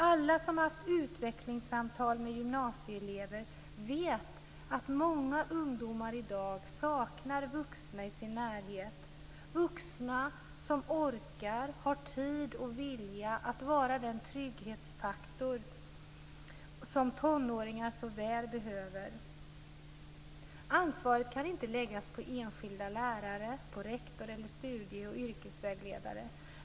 Alla som haft utvecklingssamtal med gymnasieelever vet att många ungdomar i dag saknar vuxna i sin närhet som orkar, har tid och vilja att vara den trygghetsfaktor som tonåringar så väl behöver. Ansvaret kan inte läggas på enskilda lärare, på rektor eller studie och yrkesvägledare.